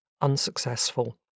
unsuccessful